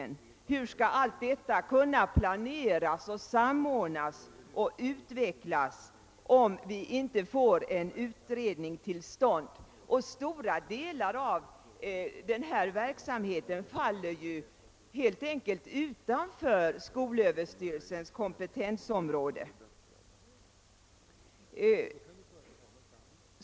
Hur skall allt detta kunna planeras, samordnas och utvecklas, ora vi inte får till stånd en utredning? Stora delar av denna verksamhet faller helt enkelt utanför skolöverstyrelsens kompetensområde.